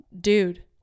dude